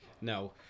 no